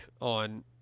on